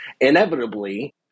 inevitably